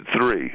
three